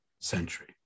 century